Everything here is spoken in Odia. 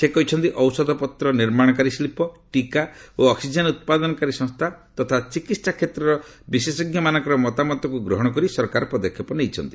ସେ କହିଛନ୍ତି ଔଷଧପତ୍ର ନିର୍ମାଣକାରୀ ଶିଳ୍ପ ଟିକା ଓ ଅକ୍ଟିକେନ୍ ଉତ୍ପାଦନକାରୀ ସଂସ୍ଥା ଓ ଚିକିହା କ୍ଷେତ୍ରର ବିଶେଷଜ୍ଞମାନଙ୍କର ମତାମତକୁ ଗ୍ରହଣ କରି ସରକାର ପଦକ୍ଷେପ ନେଇଛନ୍ତି